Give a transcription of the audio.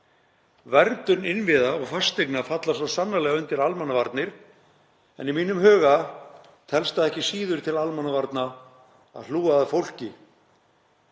Verndun innviða og fasteigna fellur svo sannarlega undir almannavarnir en í mínum huga telst það ekki síður til almannavarna að hlúa að fólki,